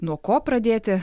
nuo ko pradėti